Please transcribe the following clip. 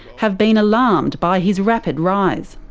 have been alarmed by his rapid rise.